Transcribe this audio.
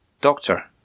Doctor